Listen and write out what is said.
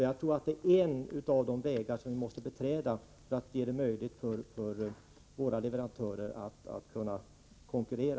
Jag tror att det är en av de vägar som vi måste beträda för att göra det möjligt för leverantörerna i vårt län att kunna konkurrera.